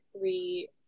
three